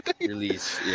release